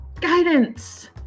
guidance